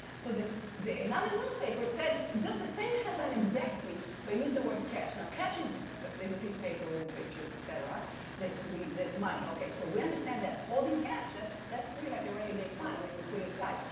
so the the another newspaper said just the same headline exactly but used the word cash. now, cash is is a piece of paper with pictures etc that we, that's money. okay, so we understand that holding cash, that's that's really like your any day, fine, i mean you put it aside.